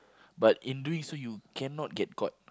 but in doing so you cannot get caught